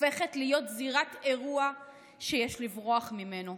הופכת להיות זירת אירוע שיש לברוח ממנו,